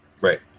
Right